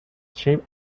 shape